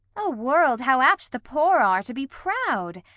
o world, how apt the poor are to be proud!